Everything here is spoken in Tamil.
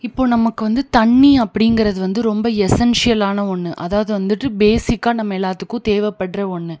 இப்போது நமக்கு வந்து தண்ணி அப்படிங்கிறது வந்து ரொம்ப எசன்ஷியலான ஒன்று அதாவது வந்துட்டு பேஸிக்காக நம்ம எல்லாத்துக்கும் தேவைப்பட்ற ஒன்று